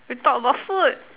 we talk about food